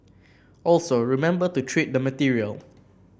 also remember to treat the material